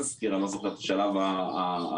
אני לא זוכר את השלב המדויק,